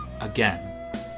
Again